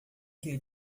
queria